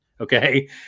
Okay